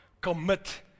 commit